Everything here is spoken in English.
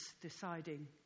deciding